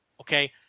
okay